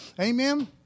Amen